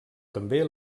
també